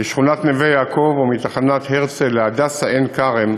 לשכונת נווה-יעקב ומתחנת הרצל ל"הדסה עין-כרם",